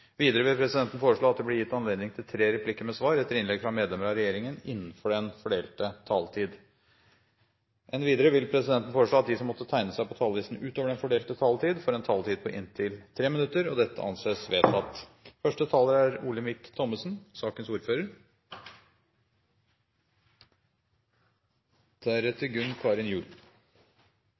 Videre vil presidenten foreslå at det blir gitt anledning til tre replikker med svar etter innlegg fra medlemmer av regjeringen innenfor den fordelte taletid. Videre vil presidenten foreslå at de som måtte tegne seg på talerlisten utover den fordelte taletid, får en taletid på inntil 3 minutter. – Det anses vedtatt.